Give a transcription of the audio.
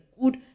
good